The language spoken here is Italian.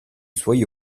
suoi